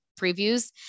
previews